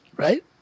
Right